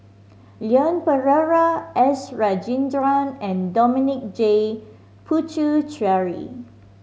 Leon Perera S Rajendran and Dominic J Puthucheary